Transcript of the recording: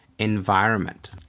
environment